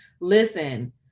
listen